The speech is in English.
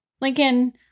Lincoln